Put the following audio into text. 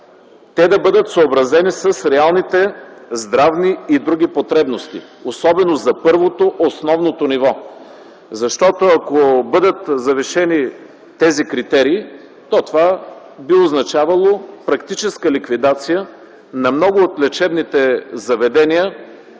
те да бъдат съобразени с реалните здравни и други потребности, особено за първото, основното ниво. Ако бъдат завишени тези критерии, това би означавало практическа ликвидация на много от лечебните заведения